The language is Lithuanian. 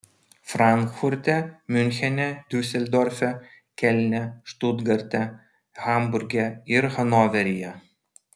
frankfurte miunchene diuseldorfe kelne štutgarte hamburge ir hanoveryje